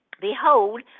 Behold